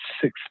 six